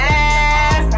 Yes